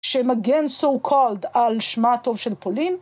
שמגן סו קולד על שמה הטוב של פולין.